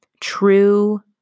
True